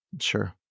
Sure